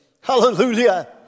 Hallelujah